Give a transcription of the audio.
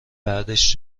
بعدش